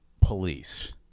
police